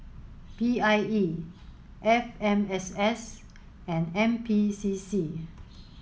P I E F M S S and N P C C